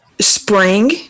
Spring